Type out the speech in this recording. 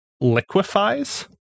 liquefies